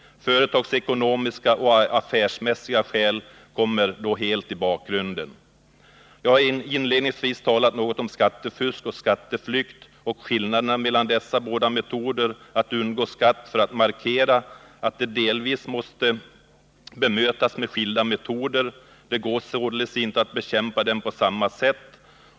Företagsekonomiska och affärsmässiga skäl kommer helt i bakgrunden. Jag har inledningsvis talat något om skattefusk och skatteflykt samt skillnaderna mellan dessa båda metoder att undgå skatt för att markera att de delvis måste bemötas med skilda metoder. Det går således inte att bekämpa dem på samma sätt.